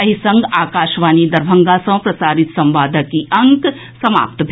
एहि संग आकाशवाणी दरभंगा सँ प्रसारित संवादक ई अंक समाप्त भेल